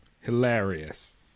hilarious